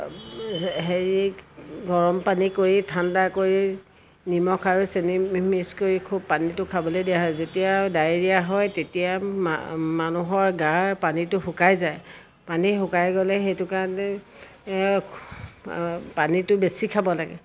হেৰি গৰম পানী কৰি ঠাণ্ডা কৰি নিমখ আৰু চেনি মিক্স কৰি খুব পানীটো খাবলৈ দিয়া হয় যেতিয়া ডায়েৰিয়া হয় তেতিয়া মানুহৰ গাৰ পানীটো শুকাই যায় পানী শুকাই গ'লে সেইটো কাৰণে পানীটো বেছি খাব লাগে